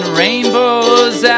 rainbows